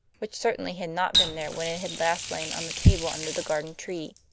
which certainly had not been there when it had last lain on the table under the garden tree.